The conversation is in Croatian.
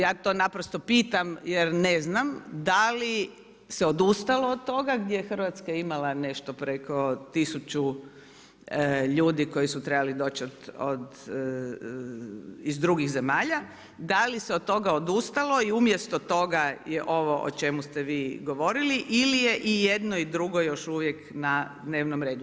Ja to naprosto pitam jer ne znam, da li se odustalo od toga gdje je Hrvatska imala nešto preko 1000 ljudi koji su trebali doći iz drugih zemalja, da li se od toga odustalo i umjesto toga je ovo o čemu ste vi govorili ili je i jedno i drugo još uvijek na dnevnom redu.